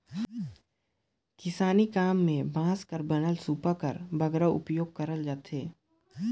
किसानी काम मे बांस कर बनल सूपा कर बगरा उपियोग करल जाथे